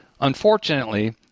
Unfortunately